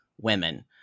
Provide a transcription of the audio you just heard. women